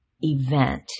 event